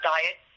Diet